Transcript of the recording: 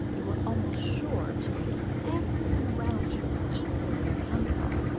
you are almost sure to make everyone around you equally uncomfortable.